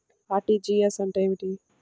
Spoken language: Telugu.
అర్.టీ.జీ.ఎస్ అంటే ఏమిటి?